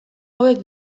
hauek